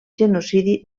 genocidi